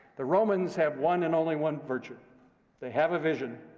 the romans have one and only one virtue they have a vision,